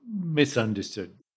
misunderstood